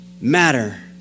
matter